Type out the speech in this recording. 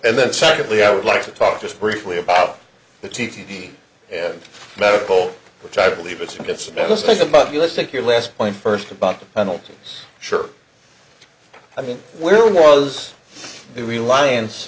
and then secondly i would like to talk just briefly about the t t p and medical which i believe it's and it's not just think about us take your last point first about the penalties sure i mean where was the reliance